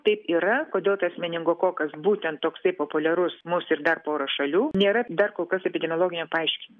taip yra kodėl tas meningokokas būtent toksai populiarus mus ir dar pora šalių nėra dar kol kas epidemiologinio paaiškin